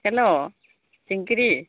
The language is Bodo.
हेल' जिंकिरि